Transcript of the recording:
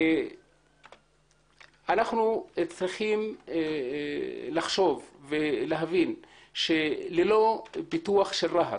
אנחנו צריכים לחשוב ולהבין שללא פיתוח של רהט